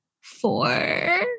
four